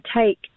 take